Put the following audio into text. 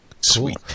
Sweet